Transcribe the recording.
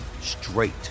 straight